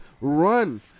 run